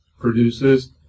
produces